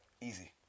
Easy